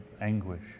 anguish